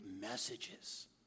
messages